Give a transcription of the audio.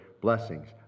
blessings